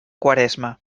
quaresma